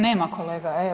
Nema kolega.